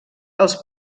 els